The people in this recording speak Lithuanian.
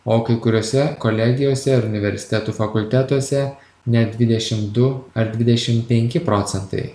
o kai kuriose kolegijose ar universitetų fakultetuose net dvidešim du ar dvidešim penki procentai